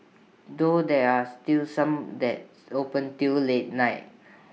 though there are still some that open till late night